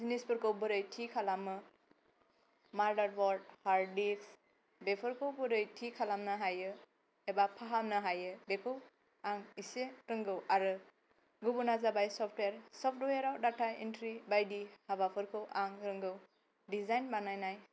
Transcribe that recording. जिनिसफोरखौ बोरै थि खालामो मादारबर्ड हार्द दिस्क बेफोरखौ बोरै थि खालामनो हायो एबा फाहामनो हायो बेखौ आं इसे रोंगौ आरो गुबुना जाबाय सफ्तवेर सफ्तवेराव दाटा एनत्रि बायदि हाबाफोरखौ आं रोंगौ दिजायन बानायनाय